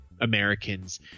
Americans